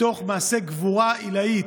וזאת במעשה גבורה עילאי,